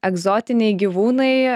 egzotiniai gyvūnai